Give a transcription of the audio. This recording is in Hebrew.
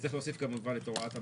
נצטרך להוסיף כמובן את הוראת המעבר.